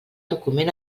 document